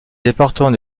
département